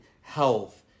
health